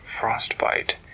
frostbite